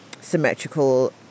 symmetrical